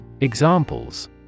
Examples